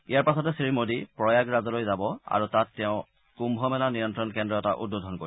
ইয়াৰ পাছতে শ্ৰীমোদী প্ৰয়াগৰাজলৈ যাব আৰু তাত তেওঁ কুম্ভ মেলা নিয়ন্ত্ৰণ কেন্দ্ৰ এটা উদ্বোধন কৰিব